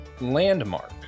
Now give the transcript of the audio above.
landmark